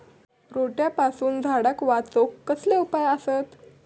रोट्यापासून झाडाक वाचौक कसले उपाय आसत?